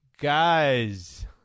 Guys